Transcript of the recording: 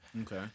Okay